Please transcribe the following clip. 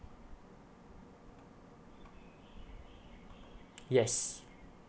yes